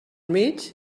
mig